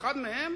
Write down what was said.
אחד מהם